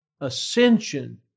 ascension